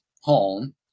home